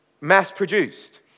mass-produced